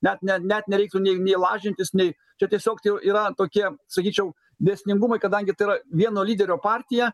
net ne net nereiktų nei nei lažintis nei čia tiesiog jau yra tokie sakyčiau dėsningumai kadangi tai yra vieno lyderio partija